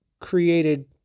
created